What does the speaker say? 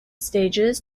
stages